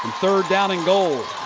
third down and goal.